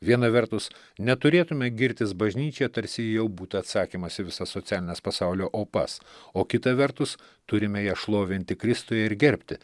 viena vertus neturėtume girtis bažnyčia tarsi ji jau būtų atsakymas į visas socialines pasaulio opas o kita vertus turime ją šlovinti kristuje ir gerbti